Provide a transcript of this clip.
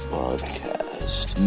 podcast